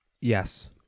Yes